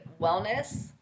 Wellness